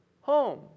home